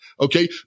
okay